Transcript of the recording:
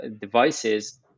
devices